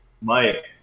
Mike